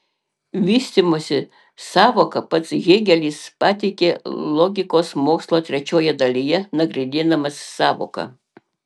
vystymosi sąvoką pats hėgelis pateikė logikos mokslo trečioje dalyje nagrinėdamas sąvoką